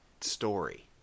story